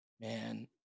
Man